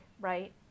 right